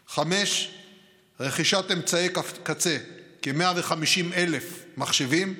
5. רכישת אמצעי קצה, כ-150,000 מחשבים,